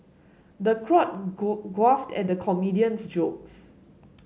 the crowd guffawed at the comedian's jokes